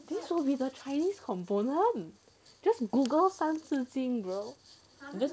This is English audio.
this will be the chinese component just google 三字经 bro